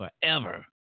forever